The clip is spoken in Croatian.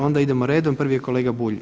Onda idemo redom, prvi je kolega Bulj.